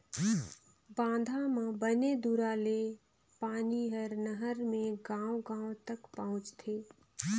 बांधा म बने दूरा ले पानी हर नहर मे गांव गांव तक पहुंचथे